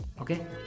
Okay